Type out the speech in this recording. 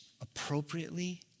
appropriately